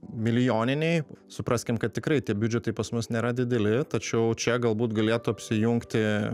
milijoniniai supraskim kad tikrai tie biudžetai pas mus nėra dideli tačiau čia galbūt galėtų apsijungti